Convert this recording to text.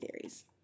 theories